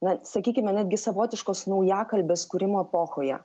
na sakykime netgi savotiškos naujakalbės kūrimo epochoje